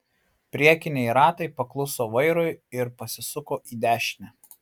priekiniai ratai pakluso vairui ir pasisuko į dešinę